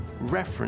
reference